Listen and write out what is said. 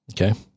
Okay